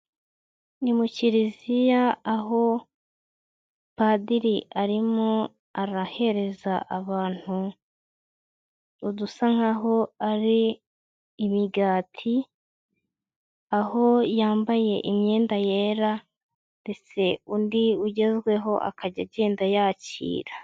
Ni mu Kiliziya aho padiri arimo arahereza abantu udusa nkahoaho ari imigati, aho yambaye imyenda yera, ndetse undi ugezweho akajya agenda yakira.